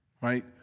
right